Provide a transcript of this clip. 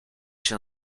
się